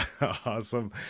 Awesome